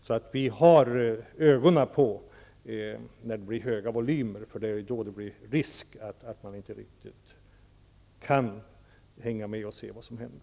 Vi har alltså ögonen på de län som har höga volymer -- det är då det blir risk att man inte riktigt kan hänga med och se vad som händer.